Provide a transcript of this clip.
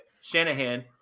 Shanahan